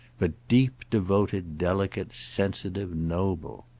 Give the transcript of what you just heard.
but deep devoted delicate sensitive noble.